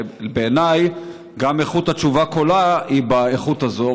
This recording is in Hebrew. בעיניי, גם איכות התשובה כולה היא באיכות הזו.